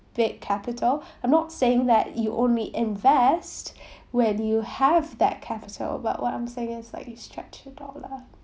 big capital I'm not saying that you only invest when you have that capital but what I'm saying is like stretch your dollar